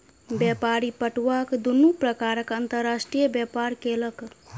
व्यापारी पटुआक दुनू प्रकारक अंतर्राष्ट्रीय व्यापार केलक